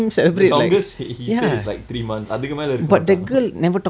the longest he he said is like three months அதுக்கு மேல இருக்கமாட்டான்:athukku mela irukkamaattaan